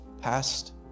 past